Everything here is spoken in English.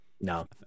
No